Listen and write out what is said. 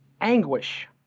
anguish